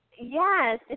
yes